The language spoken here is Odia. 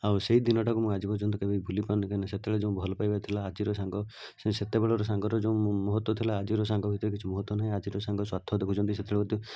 ଆଉ ସେଇଦିନଟାକୁ ମୁଁ ଆଜି ପର୍ଯ୍ୟନ୍ତ କେବେ ବି ଭୁଲିପାରୁନି କାହିଁକିନା ସେତେବେଳେ ଯେଉଁ ଭଲ ପାଇବା ଥିଲା ଆଜିର ସାଙ୍ଗ ସେଇ ସେତେବେଳେର ସାଙ୍ଗର ଯେଉଁ ମହତ୍ୱ ଥିଲା ଆଜିର ସାଙ୍ଗ ଭିତରେ କିଛି ମହତ୍ୱ ନାହିଁ ଆଜିର ସାଙ୍ଗ ସ୍ୱାର୍ଥ ଦେଖୁଛନ୍ତି ସେଥିରେ ମଧ୍ୟ